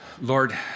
Lord